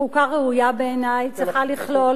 חוקה ראויה בעיני צריכה לכלול,